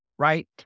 Right